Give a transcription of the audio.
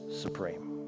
supreme